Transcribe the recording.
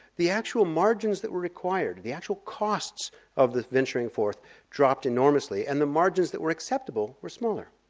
the actual margins that were required, the actual costs of the venturing forth dropped enormously and the margins that were acceptable were smaller.